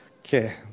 Okay